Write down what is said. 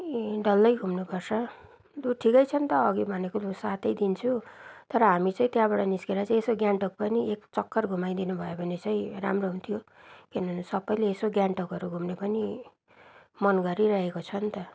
ए डल्लै घुम्नु पर्छ लु ठिकै छ नि त अघि भनेको लु सात दिन्छु तर हामी चाहिँ त्यहाँबाट निस्केर चाहिँ यसो गान्तोक पनि एक चक्कर घुमाइदिनु भयो भने चाहिँ राम्रो हुन्थ्यो किनभने सबले यसो गान्तोकहरू घुम्ने पनि मन गरिरहेको छ नि त